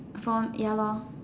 for ya lah